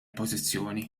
pożizzjoni